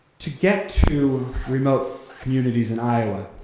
to get to remote communities in iowa,